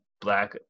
black